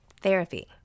Therapy